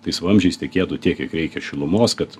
tais vamzdžiais tekėtų tiek kiek reikia šilumos kad